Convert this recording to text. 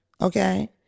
Okay